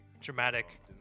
dramatic